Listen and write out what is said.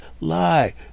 lie